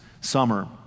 summer